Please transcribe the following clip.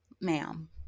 Ma'am